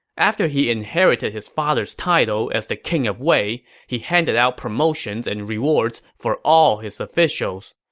after he inherited his father's title as the king of wei, he handed out promotions and rewards for all his officials.